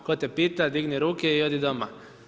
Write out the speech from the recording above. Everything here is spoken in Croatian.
Tko te pita, digni ruke i odi doma.